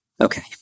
Okay